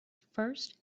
first